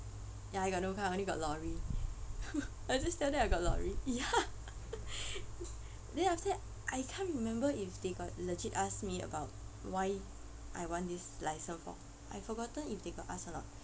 ya I got no car only got lorry I just tell them I got lorry ya then after that I can't remember if they got legit ask me about why I want this license for I've forgotten if they got ask or not